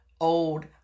old